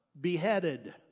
beheaded